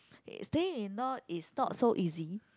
staying in law is not so easy